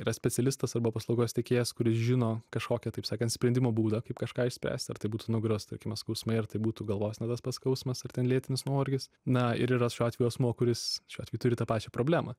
yra specialistas arba paslaugos teikėjas kuris žino kažkokią taip sakant sprendimo būdą kaip kažką išspręsti ar tai būtų nugaros tarkime skausmai ar tai būtų galvos na tas pats skausmas ar ten lėtinis nuovargis na ir yra šiuo atveju asmuo kuris šiuo atveju turi tą pačią problemą